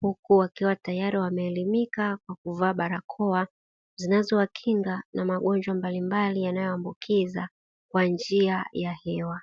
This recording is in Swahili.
huku wakiwa tayari wameelimika kwa kuvaa barakoa zinazowakinga na magonjwa mbalimbali yanayoambukiza kwa njia ya hewa.